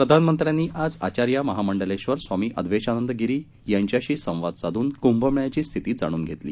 प्रधानमंत्र्यांनी आज आचार्य महामंडलेश्वर स्वामी अधवेशानंद गिरी यांच्याशी संवाद साधून कुंभमेळ्याची स्थिती जाणून घेतली